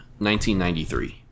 1993